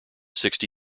sixty